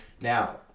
Now